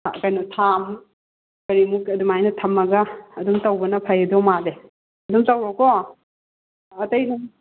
ꯀꯩꯅꯣ ꯊꯥ ꯃꯨꯛ ꯀꯔꯤꯃꯨꯛ ꯑꯗꯨꯃꯥꯏꯅ ꯊꯝꯂꯒ ꯑꯗꯨꯝ ꯇꯧꯕꯅ ꯐꯗꯧ ꯃꯥꯜꯂꯦ ꯑꯗꯨ ꯇꯧꯔꯣꯀꯣ